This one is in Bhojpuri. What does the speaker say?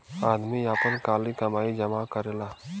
आदमी आपन काली कमाई जमा करेला